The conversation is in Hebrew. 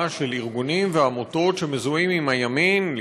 של ארגונים ועמותות שמזוהים עם הימין,